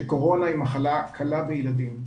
שקורונה היא מחלה קלה בילדים,